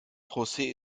josé